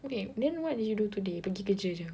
okay then what did you do today pergi kerja jer